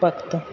ਭਗਤ